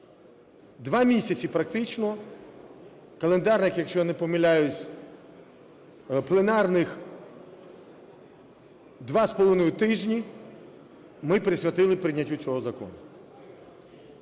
Два місяці практично календарних, якщо не помиляюсь, пленарних два з половиною тижні, ми присвятили прийняттю цього закону.